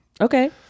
Okay